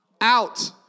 Out